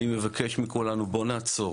אני מבקש מכולנו בוא נעצור,